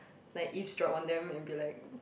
like eavesdrop on them and be like